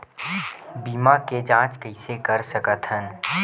बीमा के जांच कइसे कर सकत हन?